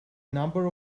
number